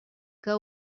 que